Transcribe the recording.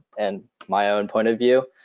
and my own point of view.